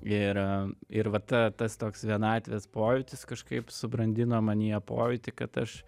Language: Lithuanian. ir ir va ta tas toks vienatvės pojūtis kažkaip subrandino manyje pojūtį kad aš